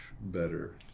better